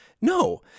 No